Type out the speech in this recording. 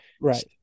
Right